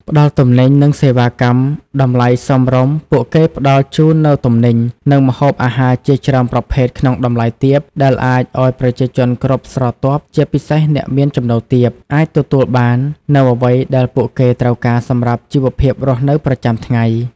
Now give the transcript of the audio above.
ផ្តល់ទំនិញ និងសេវាកម្មតម្លៃសមរម្យពួកគេផ្តល់ជូននូវទំនិញ និងម្ហូបអាហារជាច្រើនប្រភេទក្នុងតម្លៃទាប ដែលអាចឱ្យប្រជាជនគ្រប់ស្រទាប់ ជាពិសេសអ្នកមានចំណូលទាប អាចទទួលបាននូវអ្វីដែលពួកគេត្រូវការសម្រាប់ជីវភាពរស់នៅប្រចាំថ្ងៃ ។